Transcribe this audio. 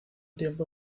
tiempo